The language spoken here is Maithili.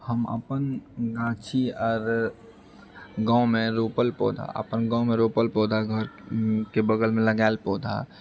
हम अपन गाछी आर गाँवमे रोपल पौधा अपन गाँवमे रोपल पौधा घरके बगलमे लगाएल पौधा